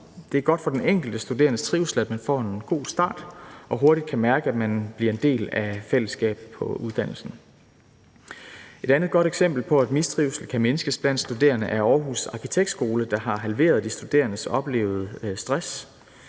Det er godt for den enkelte studerendes trivsel, at man får en god start og hurtigt kan mærke, at man bliver en del af fællesskabet på uddannelsen. Et andet godt eksempel på, at mistrivsel kan mindskes blandt studerende, er Aarhus Arkitektskole, der har halveret de studerendes oplevede stress.